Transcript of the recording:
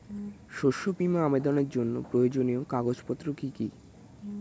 শস্য বীমা আবেদনের জন্য প্রয়োজনীয় কাগজপত্র কি কি?